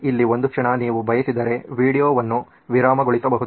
ಇಲ್ಲಿ ಒಂದು ಕ್ಷಣ ನೀವು ಬಯಸಿದರೆ ವೀಡಿಯೊವನ್ನು ವಿರಾಮಗೊಳಿಸಬಹುದು